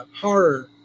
horror